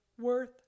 worth